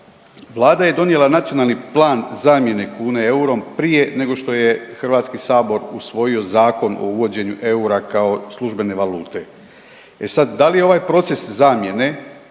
Vlada je donijela Nacionalni plan zamjene kune eurom prije nego što je HS usvojio Zakon o uvođenju eura kao službene valute. E sad, da li je ovaj proces zamjene